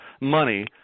money